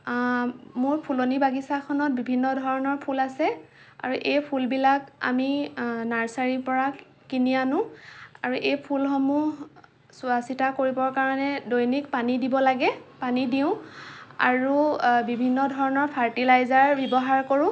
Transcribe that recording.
মোৰ ফুলনি বাগিচাখনত বিভিন্ন ধৰণৰ ফুল আছে আৰু এই ফুলবিলাক আমি নাৰ্ছাৰীৰ পৰা কিনি আনোঁ আৰু এই ফুলসমূহ চোৱা চিতা কৰিবৰ কাৰণে দৈনিক পানী দিব লাগে পানী দিওঁ আৰু বিভিন্ন ধৰণৰ ফাৰ্টিলাইজাৰ ব্যৱহাৰ কৰোঁ